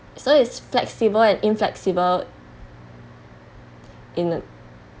so it's flexible and inflexible in a